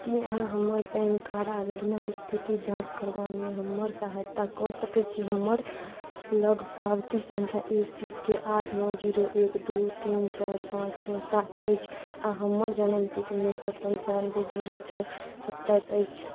की अहाँ हमर PAN card आवेदनक इस्थितिक जाँच करबामे हमर सहायता कऽ सकै छी हमरालग पावती सँख्या ए सी के आठ नओ जीरो एक दुइ तीन चारि पाँच छओ सात अछि आओर हमर जनमतिथि उनैस सओ पनचानवे जीरो छओ सत्ताइस अछि